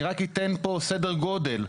אני רק אתן פה סדר גודל,